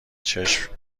چشم